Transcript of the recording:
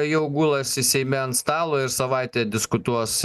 jau gulasi seime ant stalo ir savaitę diskutuos